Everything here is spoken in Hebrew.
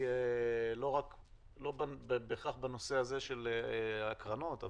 לא רק בנושא הקרנות בהכרח,